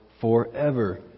forever